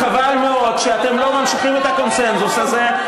חבל מאוד שאתם לא ממשיכים את הקונסנזוס הזה.